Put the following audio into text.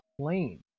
plain